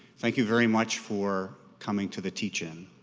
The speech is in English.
thank you very much for coming to the teach-in.